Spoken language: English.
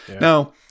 Now